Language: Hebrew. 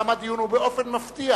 תם הדיון ובאופן מפתיע